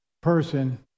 person